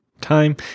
time